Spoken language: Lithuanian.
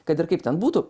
kad ir kaip ten būtų